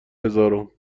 هزارم